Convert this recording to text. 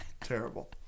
Terrible